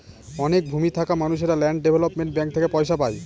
অনেক ভূমি থাকা মানুষেরা ল্যান্ড ডেভেলপমেন্ট ব্যাঙ্ক থেকে পয়সা পায়